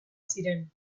ziren